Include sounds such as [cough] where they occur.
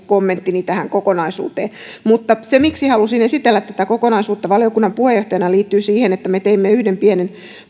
[unintelligible] kommenttini tähän kokonaisuuteen mutta se miksi halusin esitellä tätä kokonaisuutta valiokunnan puheenjohtajana liittyy siihen että me teimme yhden pienen